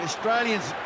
Australians